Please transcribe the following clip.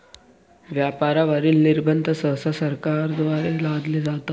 व्यापारावरील निर्बंध सहसा सरकारद्वारे लादले जातात